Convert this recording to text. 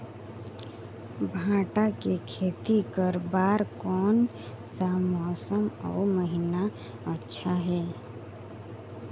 भांटा के खेती करे बार कोन सा मौसम अउ महीना अच्छा हे?